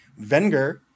Venger